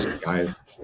guys